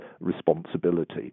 responsibility